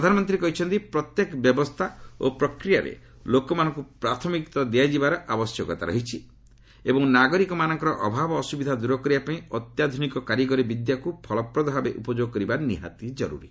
ପ୍ରଧାନମନ୍ତ୍ରୀ କହିଛନ୍ତି ପ୍ରତ୍ୟେକ ବ୍ୟବସ୍ଥା ଓ ପ୍ରକ୍ରିୟାରେ ଲୋକମାନଙ୍କୁ ପ୍ରାଥମିକତା ଦିଆଯିବାର ଆବଶ୍ୟକତା ରହିଛି ଏବଂ ନାଗରିକମାନଙ୍କର ଅଭାବ ଅସୁବିଧା ଦୂର କରିବା ପାଇଁ ଅତ୍ୟାଧୁନିକ କାରିଗରୀ ବିଦ୍ୟାକୁ ଫଳପ୍ରଦ ଭାବେ ଉପଯୋଗ କରିବା ନିହାତି ଜରୁରୀ